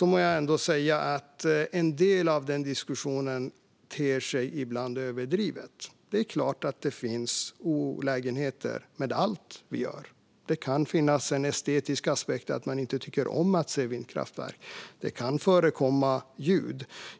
måste jag säga att en del av diskussionen ibland ter sig överdriven. Det är klart att det finns olägenheter med allt vi gör. Det kan finnas en estetisk aspekt, att man inte tycker om att se vindkraftverk. Det kan förekomma ljud.